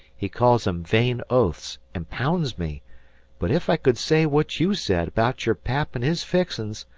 he calls em vain oaths, and pounds me but ef i could say what you said baout your pap an his fixin's,